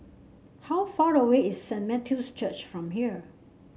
How far away is Saint Matthew's Church from here